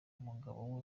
umugabo